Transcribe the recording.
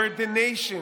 where the nation,